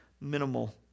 minimal